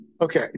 okay